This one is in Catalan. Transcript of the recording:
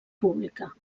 pública